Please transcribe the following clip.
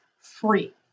free